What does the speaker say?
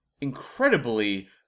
incredibly